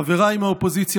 חבריי מהאופוזיציה,